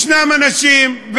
ישנם אנשים,